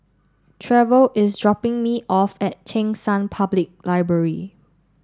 Trever is dropping me off at Cheng San Public Library